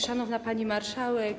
Szanowna Pani Marszałek!